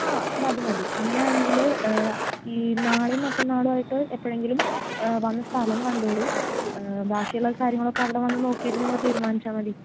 ആ മതി മതി അങ്ങനെ ആണെങ്കിൽ ഈ നാളെയും മറ്റന്നാളുമായിട്ട് എപ്പോഴെങ്കിലും വന്ന് സ്ഥലം കണ്ടോളു ബാക്കി ഉള്ള കാര്യങ്ങളൊക്കെ അവിടെ വന്ന് നോക്കിയിട്ട് നിങ്ങൾ തീരുമാനിച്ചാൽ മതി